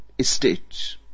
state